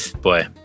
Boy